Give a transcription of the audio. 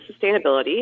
sustainability